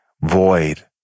void